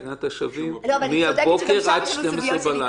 תקנת השבים מהבוקר ועד 24:00. אבל אישרנו את זה.